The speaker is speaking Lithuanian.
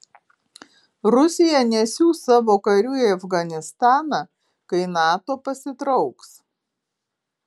rusija nesiųs savo karių į afganistaną kai nato pasitrauks